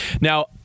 Now